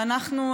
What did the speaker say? ואנחנו,